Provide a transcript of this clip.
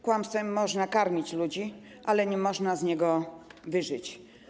Kłamstwem można karmić ludzi, ale nie można z niego wyżyć.